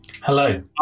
Hello